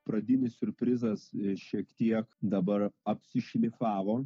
pradinis siurprizas šiek tiek dabar apsišlifavo